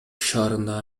шаарындагы